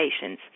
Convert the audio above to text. patients